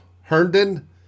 Herndon